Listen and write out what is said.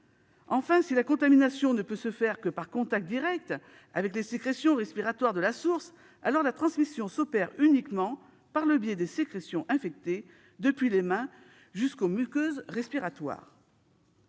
Enfin, si la contamination ne peut se faire que par contact direct avec les sécrétions respiratoires de la source, alors la transmission s'opère uniquement par le biais des sécrétions infectées depuis les mains jusqu'aux muqueuses respiratoires.